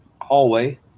hallway